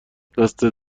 دستت